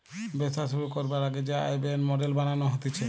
ব্যবসা শুরু করবার আগে যে আয় ব্যয়ের মডেল বানানো হতিছে